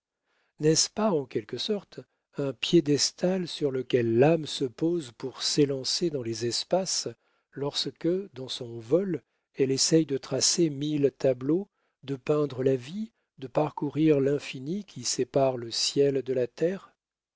n'est-ce pas en quelque sorte un piédestal sur lequel l'âme se pose pour s'élancer dans les espaces lorsque dans son vol elle essaie de tracer mille tableaux de peindre la vie de parcourir l'infini qui sépare le ciel de la terre